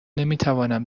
نمیتوانم